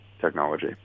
technology